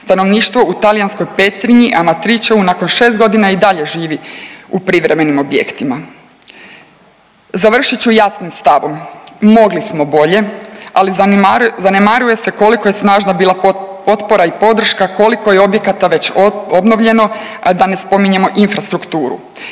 Stanovništvo u talijanskoj Petrinji Amatriceu nakon 6 godina i dalje živi u privremenim objektima. Završit ću jasnim stavom. Mogli smo bolje, ali zanemaruje se koliko je snažna bila potpora i podrška, koliko je objekata već obnovljeno, a da ne spominjemo infrastrukturu.